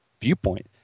viewpoint